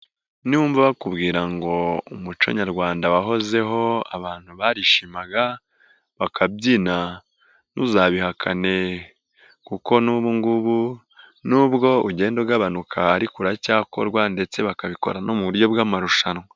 Niwumva bakubwira ngo umuco nyarwanda wahozeho abantu barishimaga bakabyina ntuzabihakane kuko n'ubungubu n'ubwo ugenda ugabanuka ariko uracyakorwa ndetse bakabikora no mu buryo bw'amarushanwa.